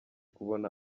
kubona